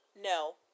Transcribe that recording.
No